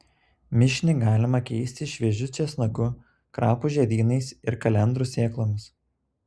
mišinį galima keisti šviežiu česnaku krapų žiedynais ir kalendrų sėklomis